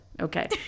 Okay